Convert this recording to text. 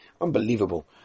Unbelievable